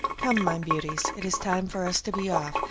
come, my beauties, it is time for us to be off,